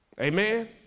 Amen